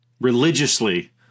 religiously